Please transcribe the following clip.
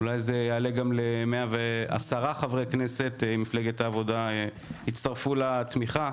אולי המספר יעלה גם ל-110 חברי כנסת אם מפלגת העבודה תצטרף לתמיכה.